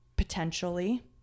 potentially